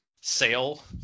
sale –